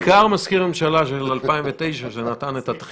זה בעיקר מזכיר ממשלה של 2009 שנתן את הדחיפה.